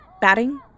batting